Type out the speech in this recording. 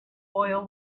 oil